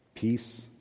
peace